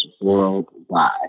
Worldwide